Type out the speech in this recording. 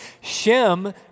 Shem